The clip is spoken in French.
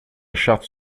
charte